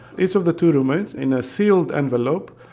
each of the two roommates, in a sealed envelope,